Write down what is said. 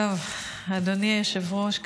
אדוני היושב-ראש,